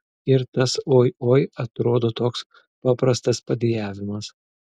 ir tas oi oi atrodo toks paprastas padejavimas